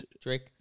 Drake